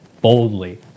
boldly